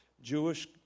Jewish